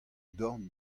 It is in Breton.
dorn